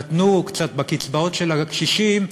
נתנו קצת בקצבאות של הקשישים,